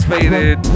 Faded